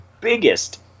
biggest